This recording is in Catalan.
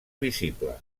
visible